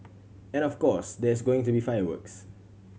and of course there's going to be fireworks